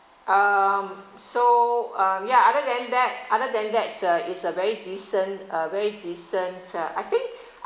um so um yeah other than that other than that it's a it's a very decent uh very decent uh I think